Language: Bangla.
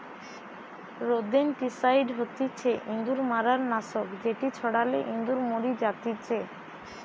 রোদেনটিসাইড হতিছে ইঁদুর মারার নাশক যেটি ছড়ালে ইঁদুর মরি জাতিচে